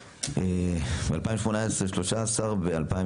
ב-2018 היו 13, ב-2021